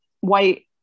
white